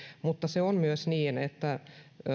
mutta on myös niin että